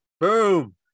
Boom